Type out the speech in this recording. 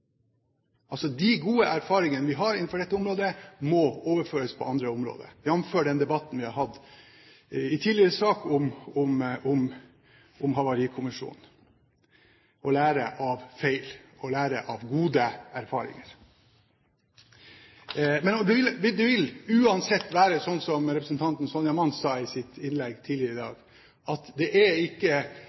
Altså: De gode erfaringene vi har innenfor dette området, må overføres på andre områder, jf. den debatten vi har hatt i en tidligere sak i dag, om en havarikommisjon for helsesektoren, om å lære av feil og lære av gode erfaringer. Det vil uansett være slik som representanten Sonja Mandt sa i sitt innlegg tidligere i dag, at det er ikke